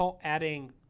adding